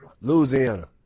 Louisiana